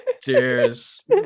Cheers